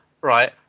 right